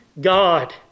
God